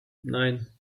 nine